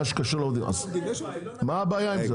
מה הבעיה עם זה?